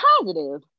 positive